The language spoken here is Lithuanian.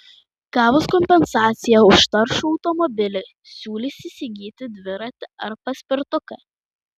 gavus kompensaciją už taršų automobilį siūlys įsigyti dviratį ar paspirtuką